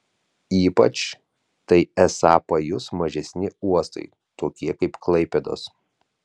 ypač tai esą pajus mažesni uostai tokie kaip klaipėdos